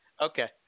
Okay